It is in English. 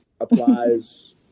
applies